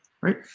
right